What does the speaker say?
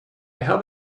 have